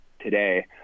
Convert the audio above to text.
today